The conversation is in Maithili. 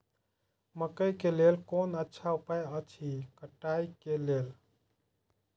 मकैय के लेल कोन अच्छा उपाय अछि कटाई के लेल?